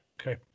Okay